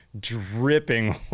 dripping